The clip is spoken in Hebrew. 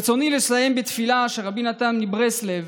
ברצוני לסיים בתפילה של רבי נתן מברסלב